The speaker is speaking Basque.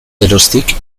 geroztik